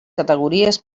categories